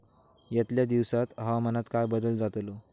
यतल्या दिवसात हवामानात काय बदल जातलो?